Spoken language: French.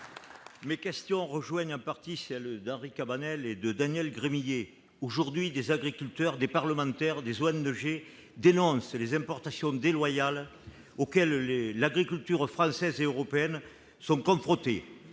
finances et rejoint en partie celles d'Henri Cabanel et de Daniel Gremillet. Aujourd'hui, des agriculteurs, des parlementaires et des ONG dénoncent les importations déloyales auxquelles les agricultures française et européenne sont confrontées.